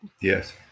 yes